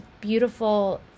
beautiful